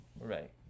right